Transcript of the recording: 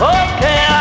okay